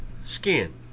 skin